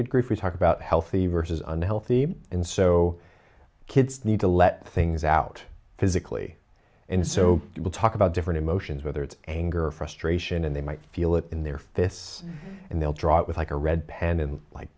good grief we talk about healthy versus unhealthy and so kids need to let things out physically and so people talk about different emotions whether it's anger or frustration and they might feel it in their face and they'll draw it was like a red pen and like